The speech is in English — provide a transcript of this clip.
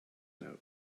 note